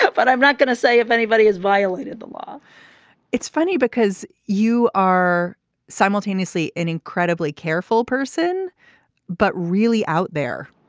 but i'm not going to say if anybody has violated the law it's funny because you are simultaneously an incredibly careful person but really out there.